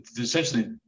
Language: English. essentially